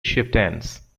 chieftains